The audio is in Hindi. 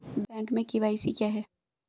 बैंक में के.वाई.सी क्या है?